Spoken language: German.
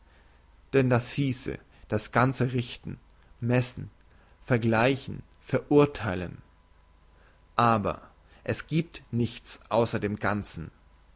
denn das hiesse das ganze richten messen vergleichen verurtheilen aber es giebt nichts ausser dem ganzen